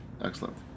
Excellent